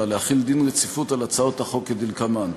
להחיל דין רציפות על הצעות החוק כדלקמן: